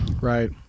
Right